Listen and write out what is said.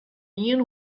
ien